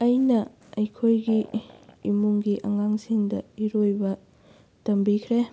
ꯑꯩꯅ ꯑꯩꯈꯣꯏꯒꯤ ꯏꯃꯨꯡꯒꯤ ꯑꯉꯥꯡꯁꯤꯡꯗ ꯏꯔꯣꯏꯕ ꯇꯝꯕꯤꯈ꯭ꯔꯦ